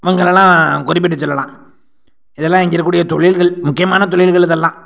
இவங்கெல்லாம் குறிப்பிட்டு சொல்லலாம் இதெல்லாம் இங்கே இருக்கக்கூடிய தொழில்கள் முக்கியமான தொழில்கள் இதெல்லாம்